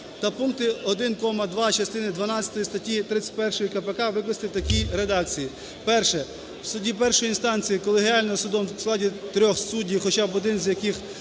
та пункти 1, 2 частини дванадцятої статті 31 КПК викласти в такій редакції: "Перше: в суді першої інстанції – колегіально судом у складі трьох суддів, хоча б один з яких